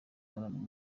imibonano